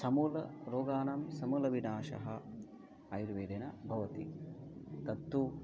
समूलं रोगाणां समूलविनाशः आयुर्वेदेन भवति तत्तु